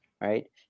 right